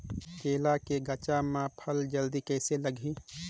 केला के गचा मां फल जल्दी कइसे लगही?